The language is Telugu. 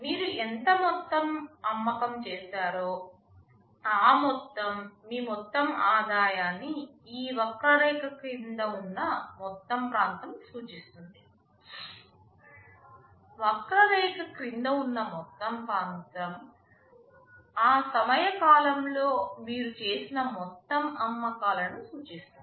మీరు ఎంత మొత్తం అమ్మకం చేశారో ఆ మొత్తంమీ మొత్తం ఆదాయాన్ని ఈ వక్రరేఖ క్రింద ఉన్న మొత్తం ప్రాంతం సూచిస్తుంది వక్రరేఖ క్రింద ఉన్న మొత్తం ప్రాంతం ఆ సమయ కాలంలో మీరు చేసిన మొత్తం అమ్మకాలను సూచిస్తుంది